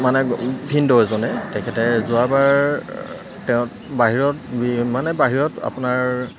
মানে ভিনদেউ এজনে তেখেতে যোৱাবাৰ তেওঁ বাহিৰত মানে বাহিৰত আপোনাৰ